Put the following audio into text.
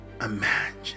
imagine